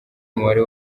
umubare